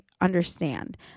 understand